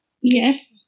Yes